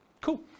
Cool